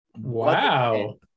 Wow